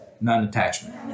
non-attachment